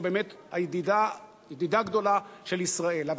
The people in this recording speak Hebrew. זו באמת ידידה גדולה של ישראל.